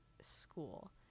school